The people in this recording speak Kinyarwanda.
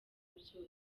byose